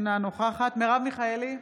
אינה נוכחת מרב מיכאלי,